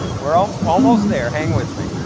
we're um almost there, hang with me.